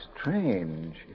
Strange